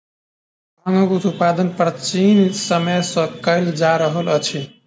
भांगक उत्पादन प्राचीन समय सॅ कयल जा रहल अछि